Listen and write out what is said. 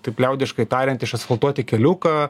taip liaudiškai tariant išasfaltuoti keliuką